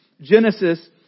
Genesis